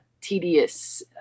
tedious